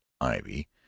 ivy